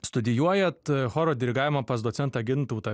studijuojat choro dirigavimą pas docentą gintautą